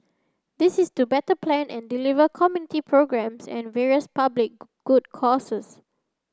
this is to better plan and deliver community programmes and the various public good causes